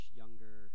younger